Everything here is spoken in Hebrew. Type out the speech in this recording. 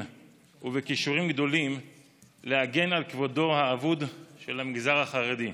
ובכישורים גדולים להגן על כבודו האבוד של המגזר החרדי.